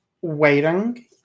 waiting